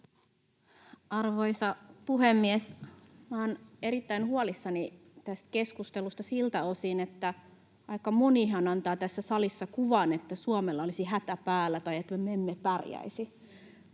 Arvoisa puhemies! Olen erittäin huolissani tästä keskustelusta siltä osin, että aika monihan antaa tässä salissa kuvan, että Suomella olisi hätä päällä tai että me emme pärjäisi.